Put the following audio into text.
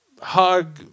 hug